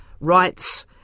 writes